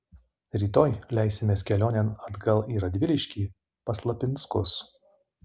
rytoj leisimės kelionėn atgal į radviliškį pas lapinskus